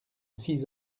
six